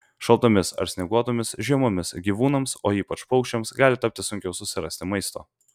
šaltomis ar snieguotomis žiemomis gyvūnams o ypač paukščiams gali tapti sunkiau susirasti maisto